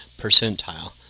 percentile